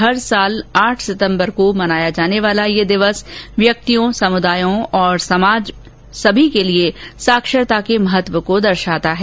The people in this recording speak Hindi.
हर वर्ष आठ सितम्बर को मनाया जाने वाला यह दिवस व्यक्तियों समुदायों और समाज सभी के लिए साक्षरता के महत्व को दर्शाता है